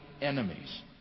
enemies